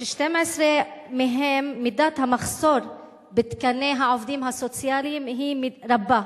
שב-12 מהם מידת המחסור בתקני העובדים הסוציאליים היא רבה.